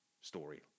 story